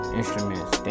instruments